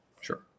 sure